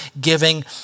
giving